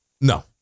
No